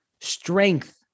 strength